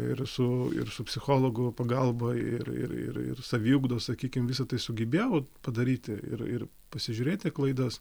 ir su ir su psichologų pagalba ir ir ir ir saviugdos sakykim visa tai sugebėjau padaryti ir ir pasižiūrėti klaidas